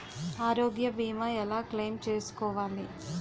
ఆరోగ్య భీమా ఎలా క్లైమ్ చేసుకోవాలి?